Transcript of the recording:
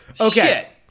Okay